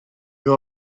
you